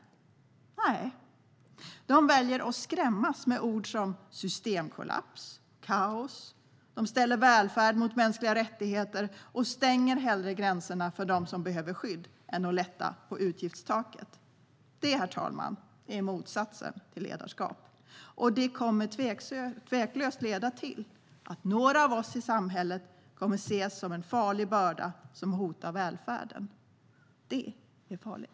Nej. De väljer att skrämmas med ord som systemkollaps och kaos. De ställer välfärd mot mänskliga rättigheter och stänger hellre gränserna för dem som behöver skydd än lättar på utgiftstaket. Det, herr talman, är motsatsen till ledarskap. Och det kommer tveklöst att leda till att några av oss i samhället kommer att ses som en farlig börda som hotar välfärden. Det är farligt.